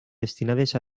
destinades